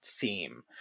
theme